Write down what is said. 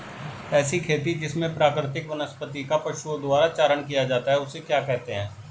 ऐसी खेती जिसमें प्राकृतिक वनस्पति का पशुओं द्वारा चारण किया जाता है उसे क्या कहते हैं?